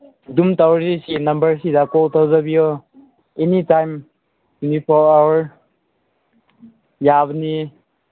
ꯑꯗꯨꯝ ꯇꯧꯔꯤꯁꯤ ꯅꯝꯕꯔꯁꯤꯗ ꯀꯣꯜ ꯇꯧꯖꯕꯤꯌꯣ any time twenty four hour ꯌꯥꯕꯅꯤ